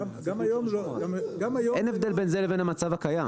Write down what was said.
גם היום --- אין הבדל בין זה לבין המצב הקיים.